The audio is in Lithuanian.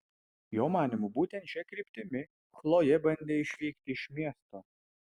jo manymu būtent šia kryptimi chlojė bandė išvykti iš miesto